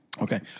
okay